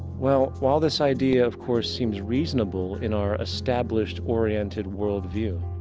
well, while this idea of course seems reasonable in our established oriented world view,